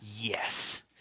yes